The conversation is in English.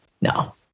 No